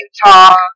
Utah